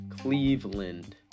Cleveland